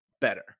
better